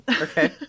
Okay